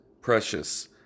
precious